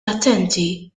attenti